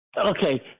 Okay